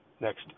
next